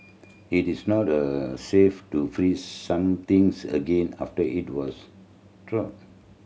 it is not safe to freeze somethings again after it was